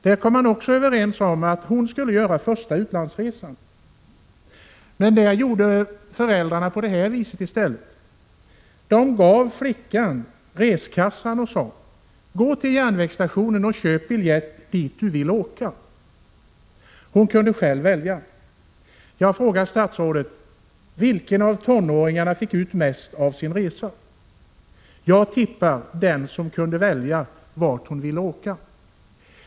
Familjen kommer överens om att också hon skall få göra sin första utlandsresa. Men föräldrarna gjorde där i stället så att de gav flickan reskassan och sade: Gå till järnvägsstationen och köp biljett dit du vill åka. Hon kunde välja själv. Jag frågar statsrådet: Vilken av tonåringarna fick ut mest av sin resa? Jag tippar att den som kunde välja vart hon ville åka.